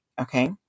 okay